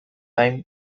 gain